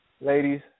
ladies